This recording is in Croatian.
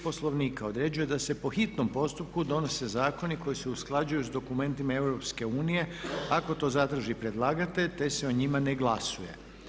Poslovnika određuje da se po hitnom postupku donose zakoni koji se usklađuju s dokumentima EU ako to zatraži predlagatelj te se o njima ne glasuje.